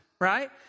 right